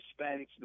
hispanics